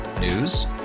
News